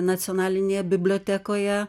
nacionalinėje bibliotekoje